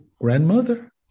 grandmother